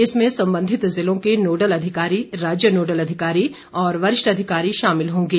इसमें संबधित जिलों के नोडल अधिकारी राज्य नोडल अधिकारी और वरिष्ठ अधिकारी शामिल होंगे